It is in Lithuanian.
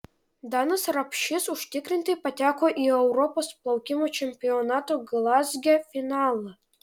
danas rapšys užtikrintai pateko į europos plaukimo čempionato glazge finalą